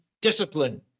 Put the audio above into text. Discipline